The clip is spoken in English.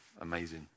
amazing